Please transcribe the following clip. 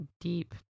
deep